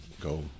Go